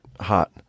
hot